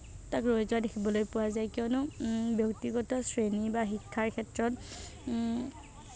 তাক ৰৈ যোৱা দেখিবলৈ পোৱা যায় কিয়নো ব্যক্তিগত শ্ৰেণী বা শিক্ষাৰ ক্ষেত্ৰত